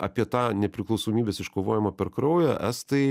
apie tą nepriklausomybės iškovojimą per kraują estai